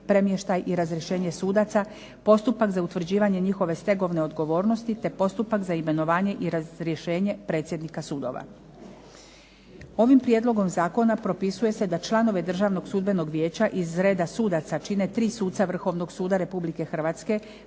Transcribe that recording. premještaj i razrješenje sudaca, postupak za utvrđivanje njihove stegovne odgovornosti te postupak imenovanje i razrješenje predsjednika sudova. Ovim prijedlogom zakona propisuje se da članove Državnog sudbenog vijeća iz reda sudaca čine tri suca Vrhovnog suda Republike Hrvatske,